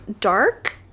dark